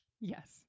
yes